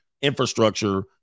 infrastructure